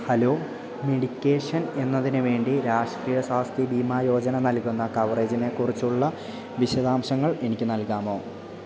hello medication എന്നതിനു വേണ്ടി രാഷ്ട്രീയ സ്വാസ്ഥ്യ ബീമാ യോജന നൽകുന്ന കവറേജിനെക്കുറിച്ചുള്ള വിശദാംശങ്ങൾ എനിക്ക് നൽകാമോ